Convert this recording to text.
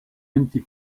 empty